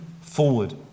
forward